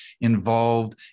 involved